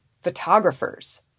photographers